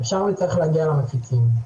אפשר וצריך להגיע למפיצים.